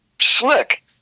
Slick